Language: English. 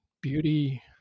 beauty